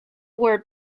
word